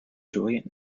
joint